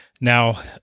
Now